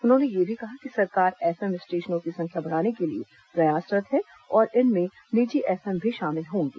उन्होंने यह भी कहा कि सरकार एफएम स्टेशनों की संख्या बढ़ाने के लिए प्रयासरत् है और इसमें निजी एफएम भी शामिल होंगे